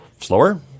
slower